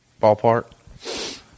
ballpark